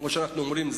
כמו שאנחנו אומרים.